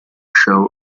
show